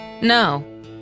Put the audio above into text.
No